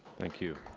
thank you.